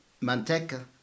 Manteca